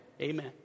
Amen